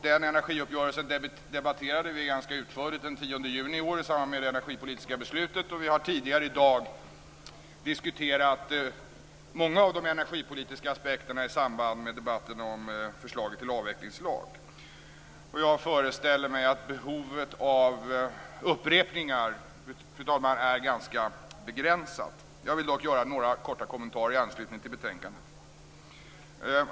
Den energiuppgörelsen debatterade vi ganska utförligt den 10 juni i år i samband med det energipolitiska beslutet, och vi har tidigare i dag diskuterat många av de energipolitiska aspekterna i samband med debatten om förslaget till avvecklingslag. Och jag föreställer mig att behovet av upprepningar är ganska begränsat. Jag vill dock göra några korta kommentarer i anslutning till betänkandet.